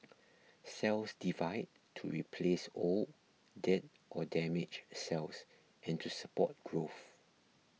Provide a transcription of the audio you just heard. cells divide to replace old dead or damaged cells and to support growth